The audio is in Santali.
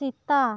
ᱥᱮᱛᱟ